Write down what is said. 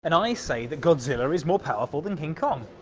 and i say that godzilla is more powerful than king kong!